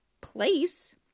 place